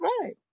right